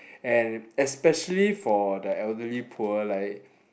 and especially for the elderly poor like